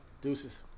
deuces